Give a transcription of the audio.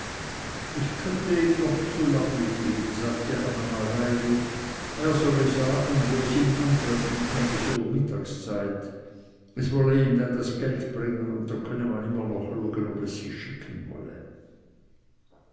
es könnte ihm doch zu lange gehen sagte anne mareili er solle sagen wo es ihn antreffen könne so um mittagszeit es wolle ihm dann das geld bringen und da könne man immer noch luegen ob es sich schicken wolle